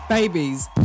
babies